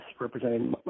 representing